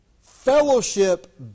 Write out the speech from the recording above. Fellowship